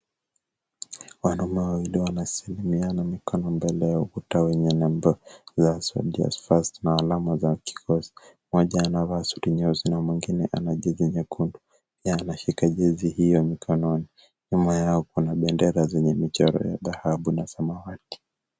Wanaume wawili wanasalimiana mikono mbele ya ukuta wenye nembo za Soldier's first na alama za kikosi. Mmoja anavaa suti nyeusi na mwingine ana jezi nyekundu. Pia anashika jezi hiyo mkononi. Nyuma yao kuna bendera zenye michoro yenye dhahabu na samawati.